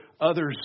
others